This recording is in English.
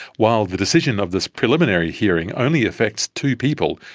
while the decision of this preliminary hearing only affects two people,